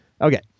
Okay